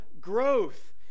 growth